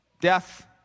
death